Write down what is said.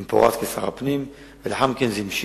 עם פורז כשר הפנים, ולאחר מכן זה המשיך.